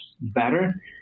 better